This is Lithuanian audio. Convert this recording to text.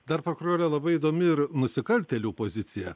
dar prokurore labai įdomi ir nusikaltėlių pozicija